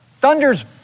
Thunder's